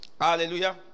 Hallelujah